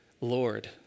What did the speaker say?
Lord